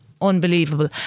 unbelievable